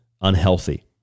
unhealthy